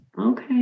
Okay